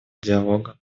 диалога